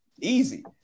easy